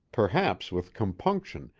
perhaps with compunction,